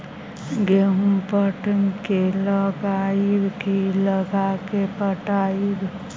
गेहूं पटा के लगइबै की लगा के पटइबै?